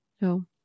No